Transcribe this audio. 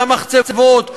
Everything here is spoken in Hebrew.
על המחצבות,